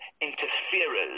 interferers